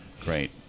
Great